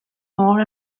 more